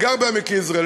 אני גר בעמק יזרעאל,